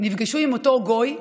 נפגשו עם אותו גוי,